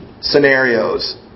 scenarios